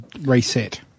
reset